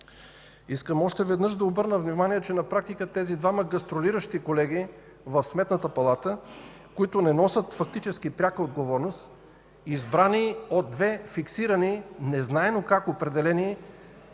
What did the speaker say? Искам още веднъж да обърна внимание, че на практика тези двама гастролиращи колеги в Сметната палата, които не носят фактически пряка отговорност, избрани от две фиксирани, незнайно как определени